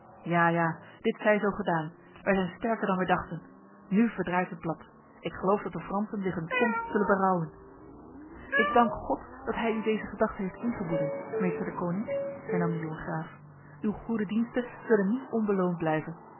ja ja dit zij zo gedaan wij zijn sterker dan wij dachten nu verdraait het blad ik geloof dat de fransen zich hun komst zullen berouwen ik dank god dat hij u deze gedachte heeft ingeboezemd meester deconinck hernam de jonge graaf uw goede diensten zullen niet onbeloond blijven